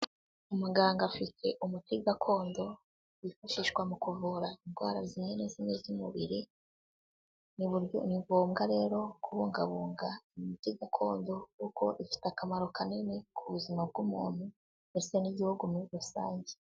Umuganga afite umuti gakondo wifashishwa mu kuvura indwara zimwe na zimwe z'umubiri, ni ngombwa rero kubungabunga imiti gakondo kuko ifite akamaro kanini ku buzima bw'umuntu ndetse n'igihugu muri rusange.